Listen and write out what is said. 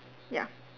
ya